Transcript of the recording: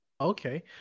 okay